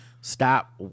stop